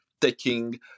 taking